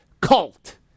cult